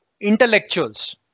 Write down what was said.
intellectuals